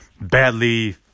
badly